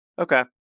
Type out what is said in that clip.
Okay